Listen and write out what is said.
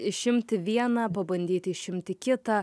išimti vieną pabandyti išimti kitą